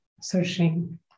searching